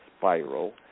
spiral